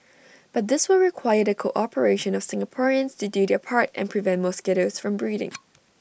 but this will require the cooperation of Singaporeans to do their part and prevent mosquitoes from breeding